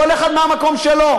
כל אחד מהמקום שלו,